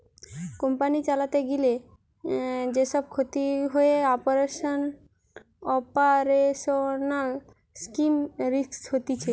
company চালাতে গিলে যে সব ক্ষতি হয়ে অপারেশনাল রিস্ক হতিছে